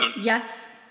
yes